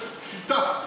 יש שיטה.